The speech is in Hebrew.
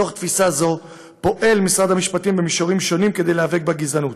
מתוך תפיסה זו פועל משרד המשפטים במישורים שונים כדי להיאבק בגזענות.